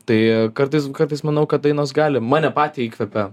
tai kartais kartais manau kad dainos gali mane patį įkvepia